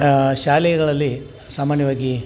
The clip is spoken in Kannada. ಶಾಲೆಗಳಲ್ಲಿ ಸಾಮಾನ್ಯವಾಗಿ